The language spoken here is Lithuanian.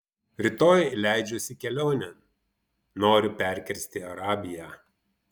rytoj leidžiuosi kelionėn noriu perkirsti arabiją